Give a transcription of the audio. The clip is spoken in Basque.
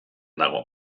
dago